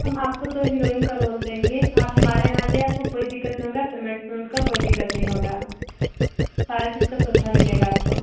हम आपको तो हीरोइन का रोल देंगे आप हमारे यहाँ आ जाइए आपको कोई दिक्कत नहीं होगी आप पेमेंट वेमेंट का कोई दिक्कत नहीं होगा सारी चीज का सुविधा मिलेगा आपको